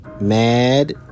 mad